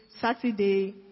Saturday